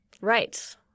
Right